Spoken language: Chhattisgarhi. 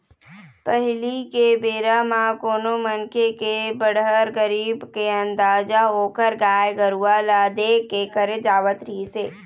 पहिली के बेरा म कोनो मनखे के बड़हर, गरीब के अंदाजा ओखर गाय गरूवा ल देख के करे जावत रिहिस हे